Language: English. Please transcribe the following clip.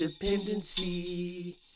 dependency